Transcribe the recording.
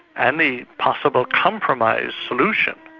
any possible compromise solution.